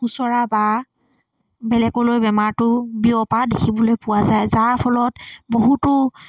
খুচৰা বা বেলেগলৈ বেমাৰটো বিয়পা দেখিবলৈ পোৱা যায় যাৰ ফলত বহুতো